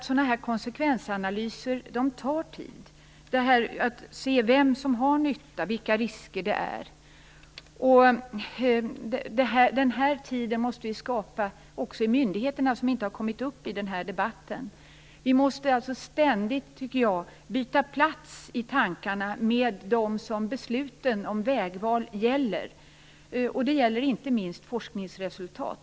Sådana här konsekvensanalyser tar nämligen tid. Det handlar om att se vem som har nytta av detta och vilka risker som finns. Den här tiden måste vi skapa också i myndigheterna - det har inte kommit upp i den här debatten. Vi måste alltså i tankarna ständigt byta plats med dem som besluten om vägval gäller. Detta gäller inte minst forskningsresultat.